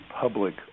public